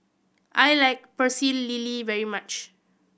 I like Pecel Lele very much